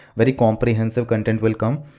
very comprehensive content will come.